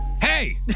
Hey